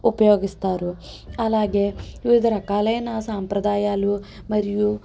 ఉపయోగిస్తారు అలాగే వివిధ రకాలైన సాంప్రదాయాలు మరియు